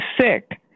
sick